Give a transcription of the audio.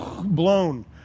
blown